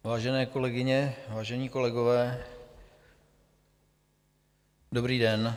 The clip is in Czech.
Vážené kolegyně, vážení kolegové, dobrý den.